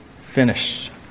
finished